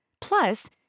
Plus